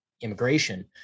immigration